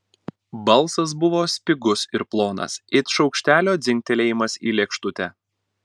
balsas buvo spigus ir plonas it šaukštelio dzingtelėjimas į lėkštutę